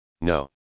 No